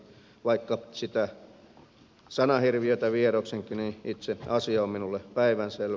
vaikka sitä sanahirviötä vieroksunkin niin itse asia on minulle päivänselvä